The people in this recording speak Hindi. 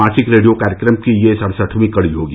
मासिक रेडियो कार्यक्रम की यह सड़सठवीं कड़ी होगी